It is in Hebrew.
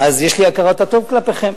אז יש לי הכרת הטוב כלפיכם.